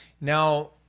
Now